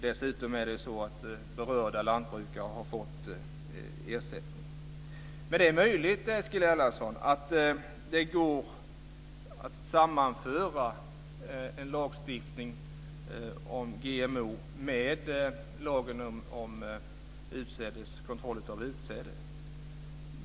Dessutom har berörda lantbrukare fått ersättning. Det är möjligt, Eskil Erlandsson, att det går att sammanföra en lagstiftning om GMO med lagen om kontroll av utsäde.